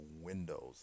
windows